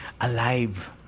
alive